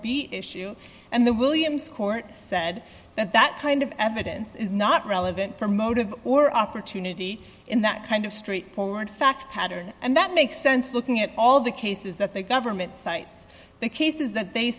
b issue and the williams court said that that kind of evidence is not relevant for motive or opportunity in that kind of straightforward fact pattern and that makes sense looking at all the cases that the government cites the cases that they